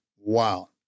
wow